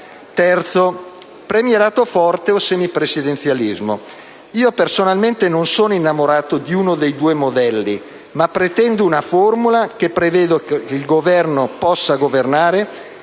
Terzo: premierato forte o semipresidenzialismo. Personalmente non sono innamorato di uno dei due modelli, ma pretendo una formula che preveda che il Governo possa governare,